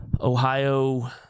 Ohio